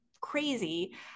crazy